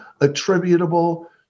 attributable